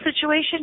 situation